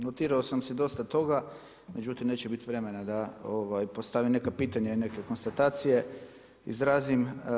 Evo notirao sam si dosta toga, međutim neće bit vremena da postavim neka pitanja i neke konstatacije izrazim.